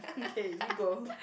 okay you go